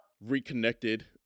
Reconnected